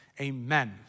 Amen